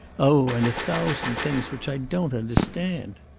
oh! and a thousand things which i don't understand.